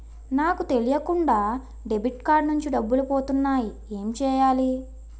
నాకు తెలియకుండా debit card నుంచి డబ్బులు పోతున్నాయి ఎం చెయ్యాలి?